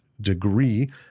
degree